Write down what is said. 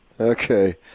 Okay